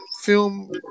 film